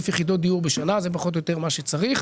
יחידות דיור בשנה - זה פחות או יותר מה שצריך.